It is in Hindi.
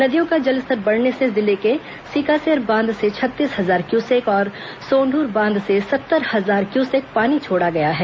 नदियों का जलस्तर बढ़ने से जिले के सिकासेर बांध से छत्तीस हजार क्यूसेक और सोंद्र बांध से सत्तर हजार क्यूसेक पानी छोड़ा गया है